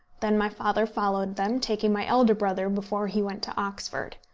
then my father followed them, taking my elder brother before he went to oxford.